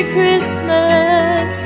Christmas